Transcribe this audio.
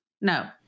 No